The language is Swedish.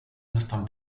nästan